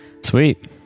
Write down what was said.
sweet